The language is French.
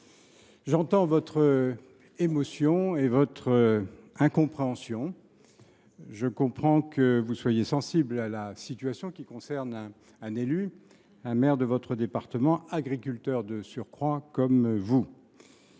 j’entends votre émotion et votre incompréhension. Je comprends que vous soyez sensible à la situation d’un élu, maire de votre département et agriculteur de surcroît, comme vous.